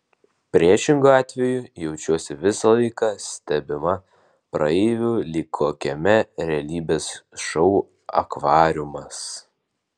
priešingu atveju jaučiuosi visą laiką stebima praeivių lyg kokiame realybės šou akvariumas